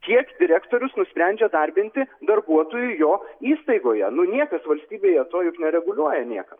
kiek direktorius nusprendžia darbinti darbuotojų jo įstaigoje nu niekas valstybėje to juk nereguliuoja niekam